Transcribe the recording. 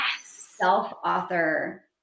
self-author